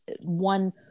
one